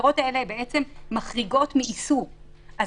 המטרות האלה בעצם מחריגות מאיסור אז